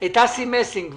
את אסי מסינג בבקשה.